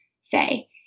say